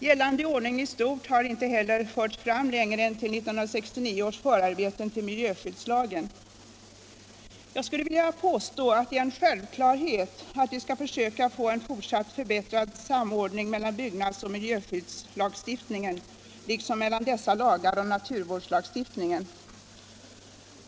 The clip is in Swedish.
Gällande ordning i stort har inte heller förts fram längre än till 1969 års förarbeten till miljöskyddslagen. Jag skulle vilja påstå att det är en självklarhet att vi skall försöka få en fortsatt förbättrad samordning mellan byggnadsoch miljöskyddslagstiftningen liksom mellan dessa lagar och naturvårdslagstiftningen.